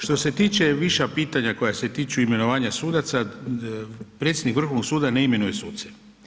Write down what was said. Što se tiče viša pitanja koja se tiču imenovanja sudaca, predsjednik Vrhovnog suda ne imenuje suce.